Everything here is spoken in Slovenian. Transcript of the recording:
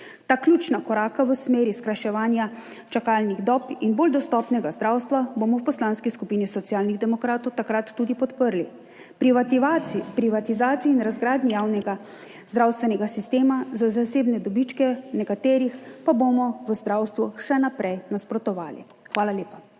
Ta ključna koraka v smeri skrajševanja čakalnih dob in bolj dostopnega zdravstva bomo v Poslanski skupini Socialnih demokratov takrat tudi podprli. Privatizaciji in razgradnji javnega zdravstvenega sistema za zasebne dobičke nekaterih pa bomo v zdravstvu še naprej nasprotovali. Hvala lepa.